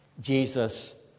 Jesus